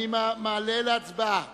אני מעלה להצבעה